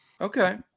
Okay